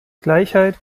gleichheit